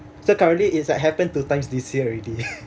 so currently is like happen two times this year already